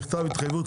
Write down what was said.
בעניין הזה,